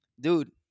dude